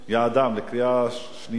לקריאה שנייה ושלישית.